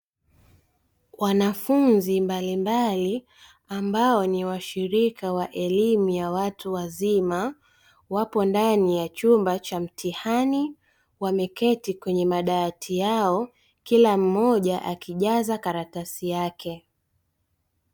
Wanafunzi mbalimbali ambao ni washirika wa elimu ya watu wazima wapo ndani ya chumba cha mtihani wameketi kwenye madawati yao kila mmoja akijaza karatasi yake.